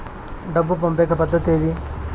డబ్బు పంపేకి పద్దతి ఏది